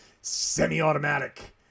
semi-automatic